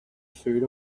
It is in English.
food